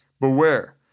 beware